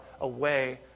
away